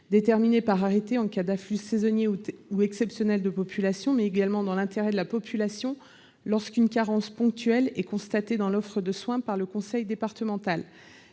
déterminées par arrêté, en cas d'afflux saisonnier ou exceptionnel de population, mais également dans « l'intérêt de la population, lorsqu'une carence ponctuelle est constatée dans l'offre de soins par le conseil départemental